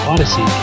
Odyssey